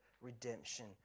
redemption